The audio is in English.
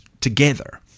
together